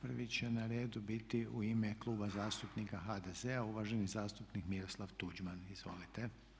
Prvi će na redu biti u ime Kluba zastupnika HDZ-a uvaženi zastupnik Miroslav Tuđman, izvolite.